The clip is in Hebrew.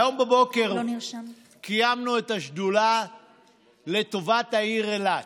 היום בבוקר קיימנו את ישיבת השדולה לטובת העיר אילת.